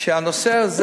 שהנושא הזה